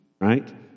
Right